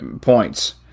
points